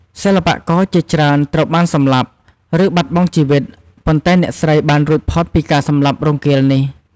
សិល្បករជាច្រើនត្រូវបានសម្លាប់ ឬបាត់បង់ជីវិត ប៉ុន្តែអ្នកស្រីបានរួចផុតពីការសម្លាប់រង្គាលនេះ។